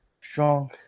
strong